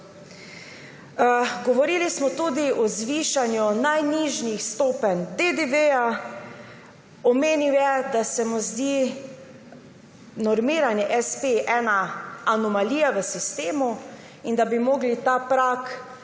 Govorili smo tudi o zvišanju najnižjih stopenj DDV. Omenil je, da se mu zdi normiranje espejev ena anomalija v sistemu in da bi morali prag